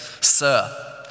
Sir